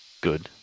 Good